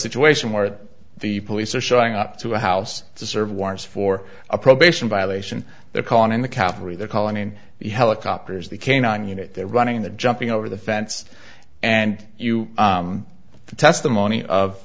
situation where the police are showing up to a house to serve warrants for a probation violation they're calling in the cavalry they're calling in the helicopters the canine unit they're running the jumping over the fence and you the testimony of